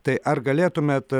tai ar galėtumėt